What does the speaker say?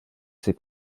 ses